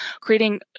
creating